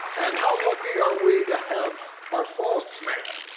and how lucky are we to have our faults, man?